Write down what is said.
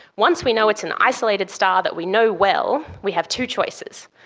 once we know it's an isolated star that we know well, we have two choices.